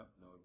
no